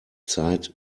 zeit